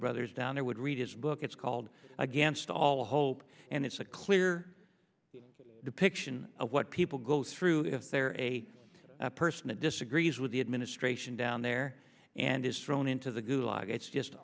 brothers down there would read his book it's called against all hope and it's a clue your depiction of what people go through if they're a person that disagrees with the administration down there and is thrown into the gulag it's just